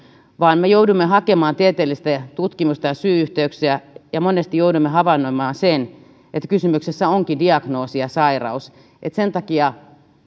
vaan me joudumme hakemaan tieteellistä tutkimusta ja syy yhteyksiä ja monesti joudumme havaitsemaan että kysymyksessä onkin diagnoosi ja sairaus pidetään sen takia